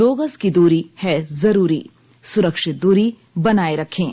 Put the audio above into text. दो गज की दूरी है जरूरी सुरक्षित दूरी बनाए रखें